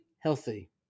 healthy